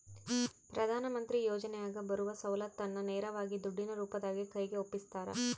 ಪ್ರಧಾನ ಮಂತ್ರಿ ಯೋಜನೆಯಾಗ ಬರುವ ಸೌಲತ್ತನ್ನ ನೇರವಾಗಿ ದುಡ್ಡಿನ ರೂಪದಾಗ ಕೈಗೆ ಒಪ್ಪಿಸ್ತಾರ?